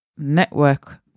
network